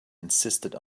insisted